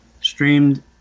streamed